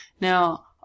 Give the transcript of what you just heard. Now